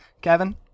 Kevin